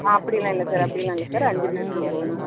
அப்படில்லாம் இல்லை சார் அப்படில்லாம் இல்லை சார் அஞ்சு பேர் தான் போகணும்